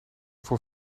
voor